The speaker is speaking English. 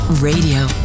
Radio